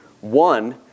One